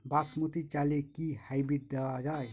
বাসমতী চালে কি হাইব্রিড দেওয়া য়ায়?